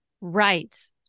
Right